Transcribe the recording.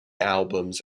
albums